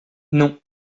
non